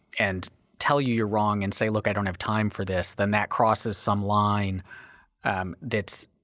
and tell you you're wrong and say, look i don't have time for this. then that crosses some line that's,